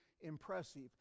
impressive